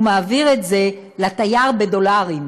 לתייר בדולרים.